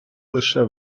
лише